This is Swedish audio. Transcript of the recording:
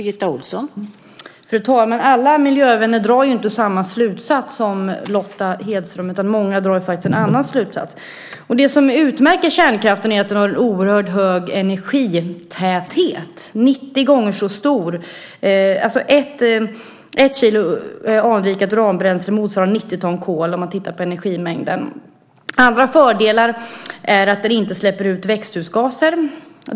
Fru talman! Alla miljövänner drar inte samma slutsats som Lotta Hedström, utan många drar faktiskt en annan slutsats. Det som utmärker kärnkraften är att den har en oerhörd hög energitäthet. Ett kilo anrikat uranbränsle motsvarar 90 ton kol, om man tittar på energimängden. Andra fördelar är att den inte släpper ut växthusgaser.